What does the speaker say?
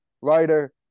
writer